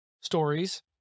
stories